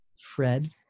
Fred